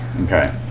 Okay